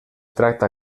tracta